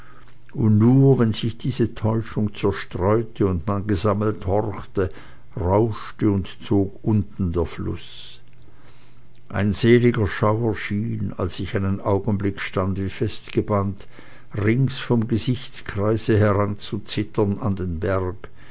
und nur wenn sich diese täuschung zerstreute und man gesammelt horchte rauschte und zog unten der fluß ein seliger schauer schien als ich einen augenblick stand wie festgebannt rings vom gesichtskreise heranzuzittern an den berg